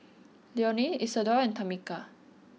Leonie Isadore and Tamika